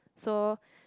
so